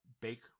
Bake